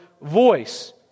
voice